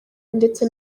ndetse